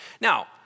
Now